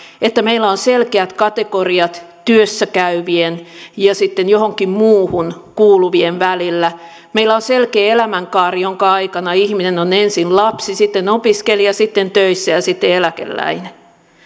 että meillä on selkeät kategoriat työssä käyvien ja sitten johonkin muuhun kuuluvien välillä ja että meillä on selkeä elämänkaari jonka aikana ihminen on ensin lapsi sitten opiskelija sitten töissä ja sitten eläkeläinen